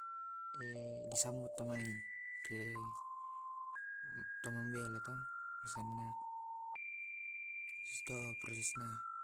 di sambut tomai ke tomambela to habis to keprosesna.